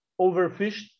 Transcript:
overfished